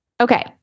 Okay